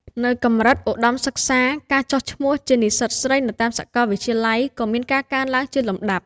នៅកម្រិតឧត្តមសិក្សា ការចុះឈ្មោះជានិស្សិតស្រីនៅតាមសាកលវិទ្យាល័យក៏មានការកើនឡើងជាលំដាប់។